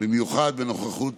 במיוחד בנוכחות